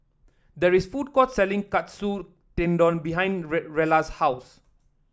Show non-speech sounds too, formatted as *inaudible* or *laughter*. there is a food court selling Katsu Tendon behind *unintelligible* Rella's house